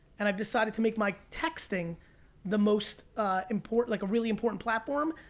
and i've decided to make my texting the most important, like a really important platform.